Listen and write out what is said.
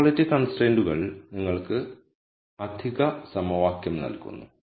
equality കൺസ്ട്രൈയ്ന്റുകൾ നിങ്ങൾക്ക് അധിക സമവാക്യം നൽകുന്നു